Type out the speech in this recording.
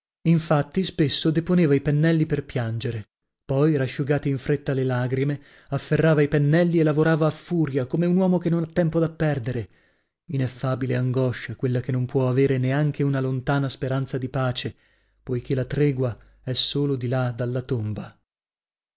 infatti spesso deponeva i pennelli per piangere poi rasciugate in fretta le lagrime afferrava i pennelli e lavorava a furia come un uomo che non ha tempo da perdere ineffabile angoscia quella che non può avere neanche una lontana speranza di pace poichè la tregua è solo di là dalla tomba